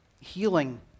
healing